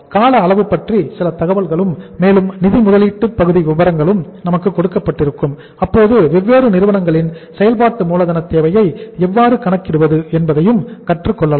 கால அளவைப் பற்றி சில தகவல்களும் மேலும் நிதி முதலீட்டு பகுதி விபரங்களும் நமக்கு கொடுக்கப்பட்டிருக்கும் அப்போது வெவ்வேறு நிறுவனங்களின் செயல்பாட்டு மூலதன தேவையை எவ்வாறு கணக்கிடுவது என்பதையும் கற்றுக்கொள்ளலாம்